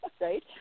right